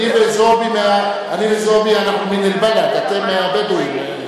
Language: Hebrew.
אני וזועבי אנחנו מן אל-בלד, אתם הבדואים.